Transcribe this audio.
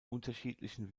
unterschiedlichen